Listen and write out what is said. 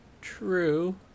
True